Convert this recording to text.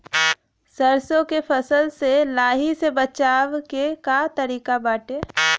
सरसो के फसल से लाही से बचाव के का तरीका बाटे?